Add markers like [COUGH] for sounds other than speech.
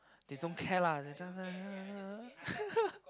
they don't care lah they just like [LAUGHS]